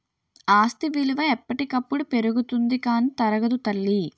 ఆస్తి విలువ ఎప్పటికప్పుడు పెరుగుతుంది కానీ తరగదు తల్లీ